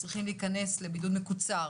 צריכים להיכנס לבידוד מקוצר.